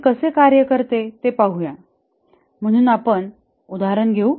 ते कसे कार्य करते हे पाहुया म्हणून आपण उदाहरण घेऊ